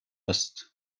است